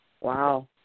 wow